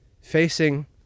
facing